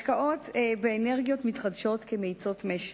השקעות באנרגיות מתחדשות כמאיצות משק: